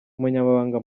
umunyamabanga